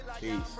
Peace